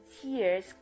tears